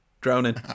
Drowning